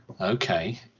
okay